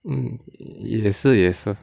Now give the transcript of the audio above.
mm 也是也是